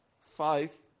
Faith